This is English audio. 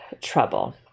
trouble